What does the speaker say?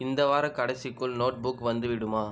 இந்த வாரக் கடைசிக்குள் நோட் புக் வந்துவிடுமா